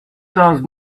does